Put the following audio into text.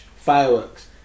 fireworks